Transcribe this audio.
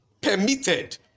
permitted